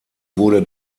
wurde